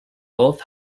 both